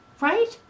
right